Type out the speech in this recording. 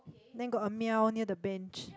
then got a meow near the bench